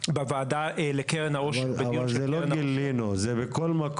הגשנו לוועדת התכנון את חוות